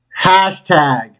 hashtag